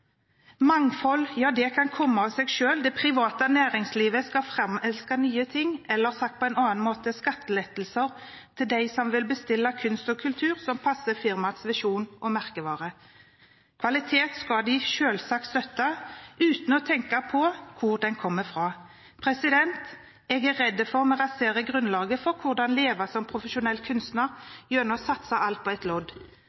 Mangfold skal komme av seg selv. Det private næringslivet skal framelske nye ting, eller sagt på en annen måte: skattelettelser til dem som vil bestille kunst og kultur som passer firmaets visjon og merkevare. Kvalitet skal de selvsagt støtte uten å tenke på hvor den kommer fra. Jeg er redd for at vi raserer grunnlaget for hvordan man skal kunne leve som profesjonell